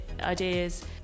ideas